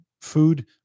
food